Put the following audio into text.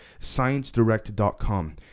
ScienceDirect.com